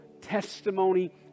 testimony